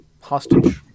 hostage